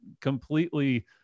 completely